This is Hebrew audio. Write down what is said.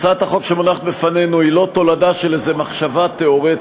הצעת החוק שמונחת בפנינו היא לא תולדה של איזו מחשבה תיאורטית,